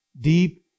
deep